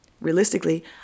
Realistically